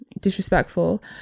disrespectful